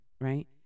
right